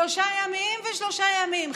שלושה ימים ושלושה ימים.